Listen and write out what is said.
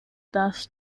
das